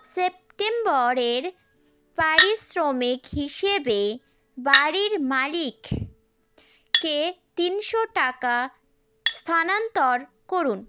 সেপ্টেম্বরের পারিশ্রমিক হিসেবে বাাড়ির মালিককে তিনশো টাকা স্থানান্তর করুন